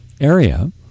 area